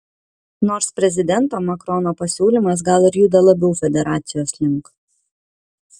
nors prezidento macrono pasiūlymas gal ir juda labiau federacijos link